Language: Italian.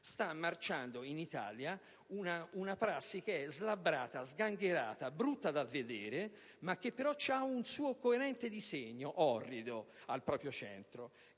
sta marciando in Italia una prassi slabbrata, sgangherata e brutta da vedere, che però ha un coerente disegno - orrido - al proprio centro: